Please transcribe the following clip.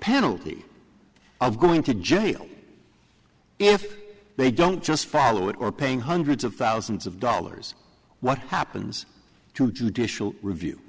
penalty of going to jail if they don't just follow it or paying hundreds of thousands of dollars what happens to judicial review